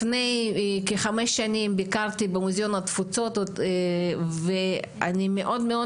לפני כחמש שנים ביקרתי במוזיאון התפוצות ואני מאוד מאוד